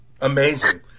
Amazing